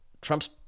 Trump's